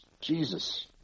Jesus